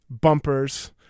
bumpers